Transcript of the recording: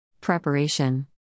Preparation